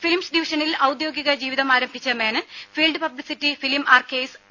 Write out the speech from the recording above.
films ഡിവിഷനിൽ ഔദ്യോഗിക ജീവിതം ആരംഭിച്ച Menon field publicity film archives P